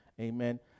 amen